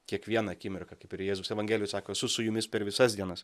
kiekvieną akimirką kaip ir jėzus evangelijoj sako esu su jumis per visas dienas